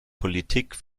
politik